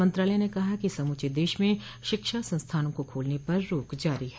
मंत्रालय ने कहा है कि समूचे देश में शिक्षा संस्थानों को खोलने पर रोक जारी है